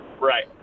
right